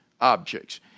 objects